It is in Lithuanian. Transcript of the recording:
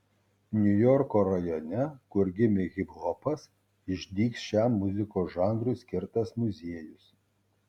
niujorko rajone kur gimė hiphopas išdygs šiam muzikos žanrui skirtas muziejus